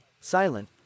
silent